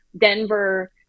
Denver